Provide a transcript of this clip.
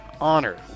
Honor